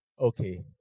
Okay